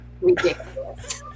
ridiculous